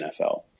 NFL